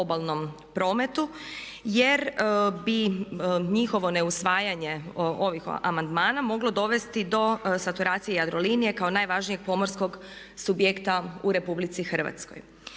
obalnom prometu, jer bi njihovo neusvajanje ovih amandmana moglo dovesti do saturacije Jadrolinije kao najvažnijeg pomorskog subjekta u Republici Hrvatskoj.